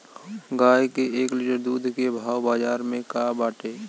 गाय के एक लीटर दूध के भाव बाजार में का बाटे?